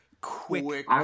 quick